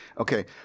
Okay